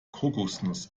kokosnuss